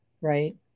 right